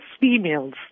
females